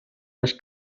les